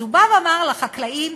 אז הוא אמר לחקלאים,